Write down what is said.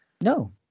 No